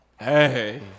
Hey